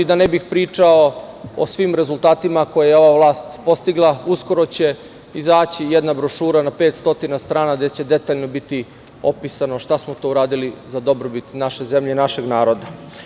Da ne bih pričao o svim rezultatima koje je ova vlast postigla, uskoro će izaći jedna brošura na 500 strana gde će detaljno biti opisano šta smo to uradili za dobrobit naše zemlje i našeg naroda.